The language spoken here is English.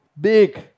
big